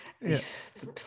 yes